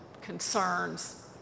concerns